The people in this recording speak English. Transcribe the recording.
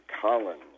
Collins